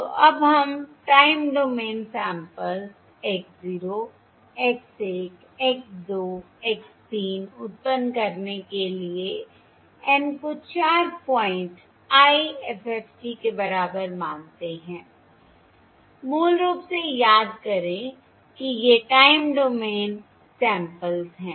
तो अब हम time domain samples x 0 x 1 x 2 x 3 उत्पन्न करने के लिए N को 4 पॉइंट IFFT के बराबर मानते हैं मूल रूप से याद करें कि ये टाइम डोमेन सैंपल्स हैं